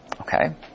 Okay